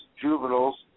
juveniles